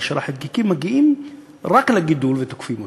והחלקיקים מגיעים רק לגידול ותוקפים אותו,